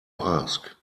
ask